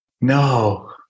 No